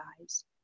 eyes